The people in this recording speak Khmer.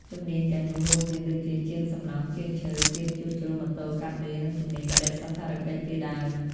ជំនាញទាំងនោះរួមមានដូចជា ជាងសំណង់ ជាងឈើ ជាងជួសជុលម៉ូតូ កាត់ដេរ និងជំនាញបដិសណ្ឋារកិច្ចជាដើម។